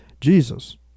Jesus